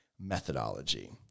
methodology